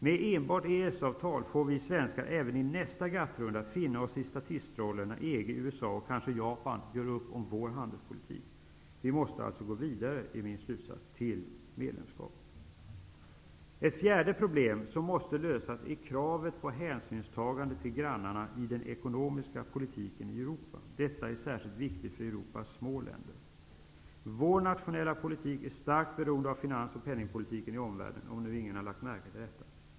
Med enbart EES-avtal får vi svenskar även i nästa GATT-runda finna oss i statistrollen, när EG, USA och kanske Japan gör upp om ''vår'' handelspolitik. Min slutsats är att vi måste gå vidare till medlemskap. Ett fjärde problem som måste lösas är kravet på hänsynstagande till grannarna i den ekonomiska politiken i Europa. Detta är särskilt viktigt för Vår nationella politik är starkt beroende av finansoch penningpolitiken i omvärlden, om nu ingen har lagt märke till det.